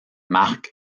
marcq